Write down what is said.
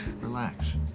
Relax